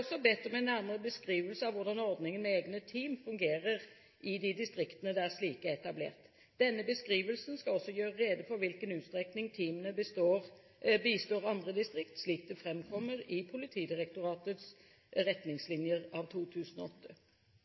bedt om en nærmere beskrivelse av hvordan ordningen med egne team fungerer i de distriktene der slike er etablert. Denne beskrivelsen skal også gjøre rede for i hvilken utstrekning teamene bistår andre distrikt, slik det framkommer i Politidirektoratets retningslinjer av 2008.